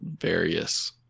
various